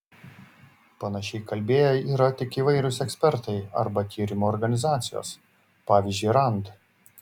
panašiai kalbėję yra tik įvairūs ekspertai arba tyrimų organizacijos pavyzdžiui rand